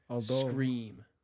scream